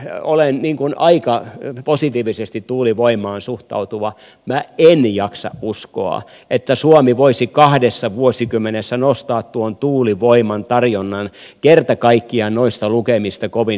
vaikka olen aika positiivisesti tuulivoimaan suhtautuva minä en jaksa uskoa että suomi voisi kahdessa vuosikymmenessä nostaa tuon tuulivoiman tarjonnan kerta kaikkiaan noista lukemista kovin suureksi